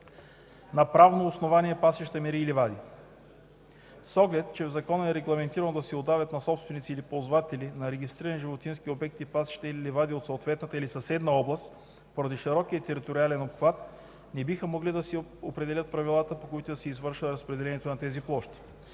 на правно основание пасища, мери и ливади. С оглед, че в закона е регламентирано да се отдават на собственици или ползватели на регистрирани животински обекти, пасища или ливади в съответната или съседна област, поради широкия териториален обхват не биха могли да се определят правилата, по които да се извършва разпределението на тези площи.